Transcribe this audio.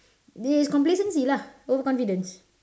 there is complacency lah overconfidence